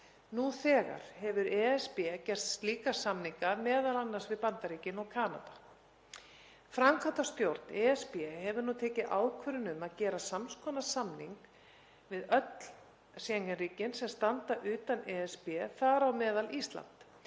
Nú þegar hefur ESB gert slíka samninga m.a. við Bandaríkin og Kanada. Framkvæmdastjórn ESB hefur nú tekið ákvörðun um að gera sams konar samning við öll Schengen-ríkin sem standa utan ESB, þar á meðal Ísland.